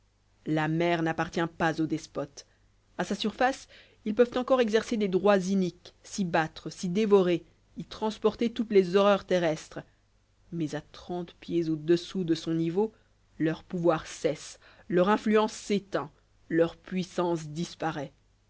la mer n'appartient pas aux despotes a sa surface ils peuvent encore exercer des droits iniques s'y battre s'y dévorer y transporter toutes les horreurs terrestres mais à trente pieds au-dessous de son niveau leur pouvoir cesse leur influence s'éteint leur puissance disparaît